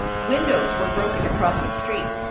windows were broken across the street.